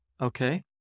okay